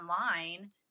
online